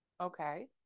Okay